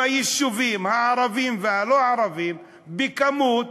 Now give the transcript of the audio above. ביישובים הערביים והלא-ערביים בכמות